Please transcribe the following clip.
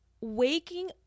waking